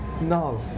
No